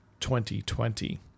2020